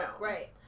Right